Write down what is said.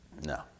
no